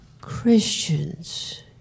Christians